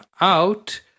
out